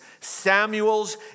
Samuels